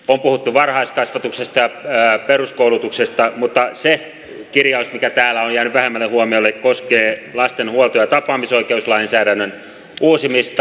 on puhuttu varhaiskasvatuksesta ja peruskoulutuksesta mutta se kirjaus mikä täällä on jäänyt vähemmälle huomiolle koskee lasten huolto ja tapaamisoikeuslainsäädännön uusimista